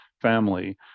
family